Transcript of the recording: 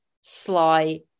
Sly